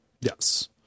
yes